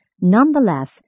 Nonetheless